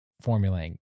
formulating